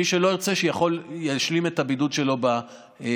מי שלא ירצה ישלים את הבידוד שלו במלונית.